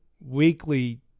weekly